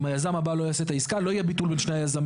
אם היזם הבא לא יעשה את העסקה לא יהיה ביטול בין שני היזמים.